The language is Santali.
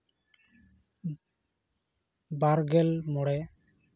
ᱵᱟᱨᱜᱮᱞ ᱢᱚᱬᱮ